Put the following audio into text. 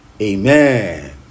Amen